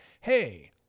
hey